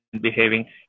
behaving